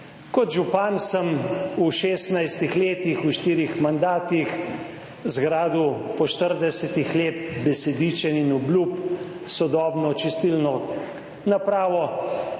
Kot župan sem v 16 letih, v štirih mandatih zgradil po 40 let besedičenj in obljub sodobno čistilno napravo,